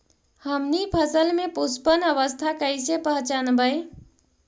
हमनी फसल में पुष्पन अवस्था कईसे पहचनबई?